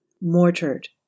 mortared